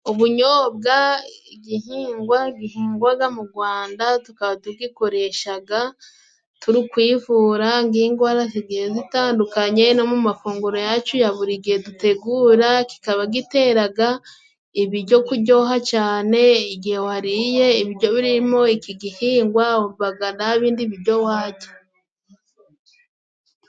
Ubunyobwa igihingwa gihingwaga mu Gwanda, tukaba tugikoreshaga turi kwivura ng' ingwara zigiye zitandukanye no mu mafunguro yacu ya buri gihe dutegura, kikaba giteraga ibijyo kujyoha cane, igihe wariye ibijyo birimo iki gihingwa wumvaga ndabindi bijyo wajya.